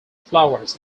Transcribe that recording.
flowers